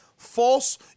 False